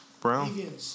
Brown